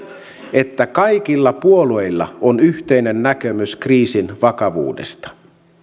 että kaikilla puolueilla on yhteinen näkemys kriisin vakavuudesta